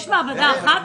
יש רק מעבדה אחת?